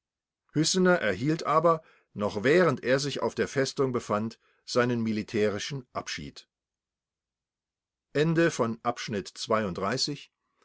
hüssener erhielt aber noch während er sich auf der festung befand seinen militärischen abschied